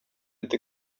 inte